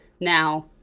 Now